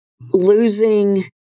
Losing